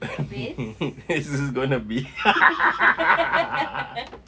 this is going to be